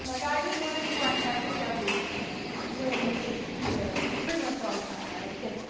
like i just wanted to watch patrick duffy swim with his speedo pretty much all the time when i was a kid.